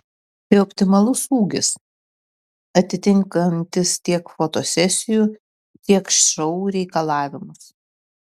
tai optimalus ūgis atitinkantis tiek fotosesijų tiek šou reikalavimus